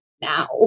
now